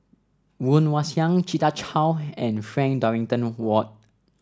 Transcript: Woon Wah Siang Rita Chao and Frank Dorrington Ward